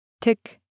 tick